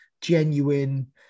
genuine